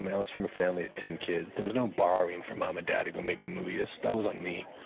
i was from a family of ten kids. there was no borrowing from mom and dad to go make a movie ah so that was on me.